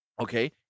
Okay